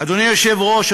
אדוני היושב-ראש,